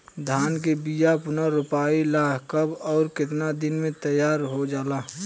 धान के बिया पुनः रोपाई ला कब और केतना दिन में तैयार होजाला?